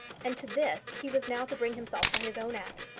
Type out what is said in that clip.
and to this he was now to bring himself by his own act.